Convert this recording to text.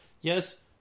Yes